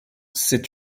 c’est